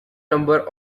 number